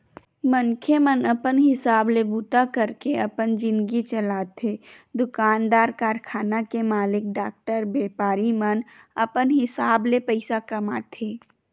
मनखे मन अपन हिसाब ले बूता करके अपन जिनगी चलाथे दुकानदार, कारखाना के मालिक, डॉक्टर, बेपारी मन अपन हिसाब ले पइसा कमाथे